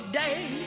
day